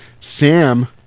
Sam